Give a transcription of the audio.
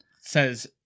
says